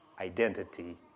identity